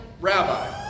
rabbi